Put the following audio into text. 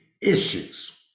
issues